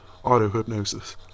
auto-hypnosis